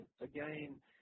again